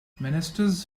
ministers